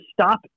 stop